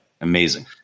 Amazing